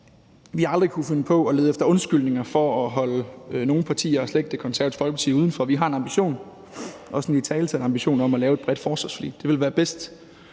at vi aldrig kunne finde på at lede efter undskyldninger for at holde nogen partier og slet ikke Det Konservative Folkeparti udenfor. Vi har en ambition, også en italesat ambition, om at lave et bredt forsvarsforlig. Det vil være bedst